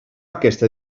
aquesta